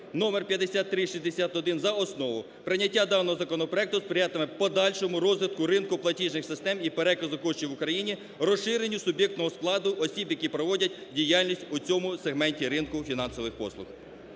(номер 5361) за основу. Прийняття даного законопроекту сприятиме подальшому розвитку ринку платіжних систем і переказу коштів в Україні, розширенню суб'єктного складу осіб, які проводять діяльність у цьому сегменті ринку фінансових послуг.